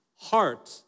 heart